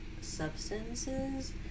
substances